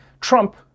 Trump